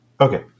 Okay